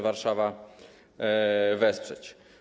Warszawę wesprzeć?